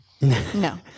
no